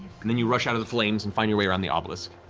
and and you rush out of the flames and find your way around the obelisk.